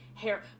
hair